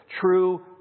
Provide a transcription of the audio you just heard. True